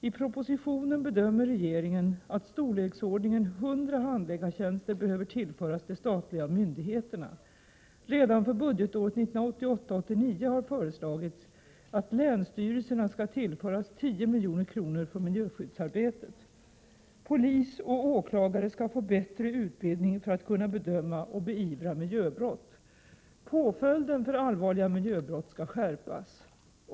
I propositionen bedömer regeringen att storleksordningen 100 handläggartjänster behöver tillföras de statliga myndigheterna. Redan för budgetåret 1988/89 har föreslagits att länsstyrelserna skall tillföras 10 milj.kr. för miljöskyddsarbetet. Polis och åklagare skall få bättre utbildning för att kunna bedöma och beivra miljöbrott. Påföljden för allvarliga miljöbrott skall skärpas.